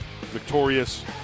victorious